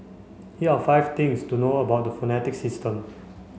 here are five things to know about the phonetic system